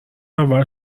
اول